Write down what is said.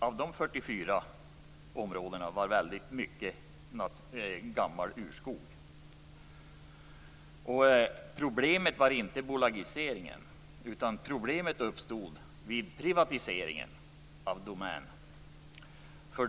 Av de 44 områdena var väldigt mycket gammal urskog. Problemet var inte bolagiseringen, utan problemet uppstod vid privatiseringen av Domän.